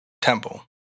Temple